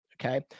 Okay